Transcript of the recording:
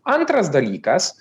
antras dalykas